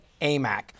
AMAC